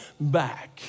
back